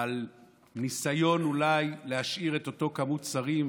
על ניסיון אולי להשאיר את אותו מספר שרים,